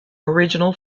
original